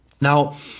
Now